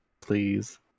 Please